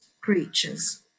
creatures